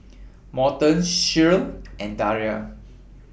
Morton Shirl and Daria